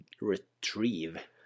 retrieve